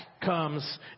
comes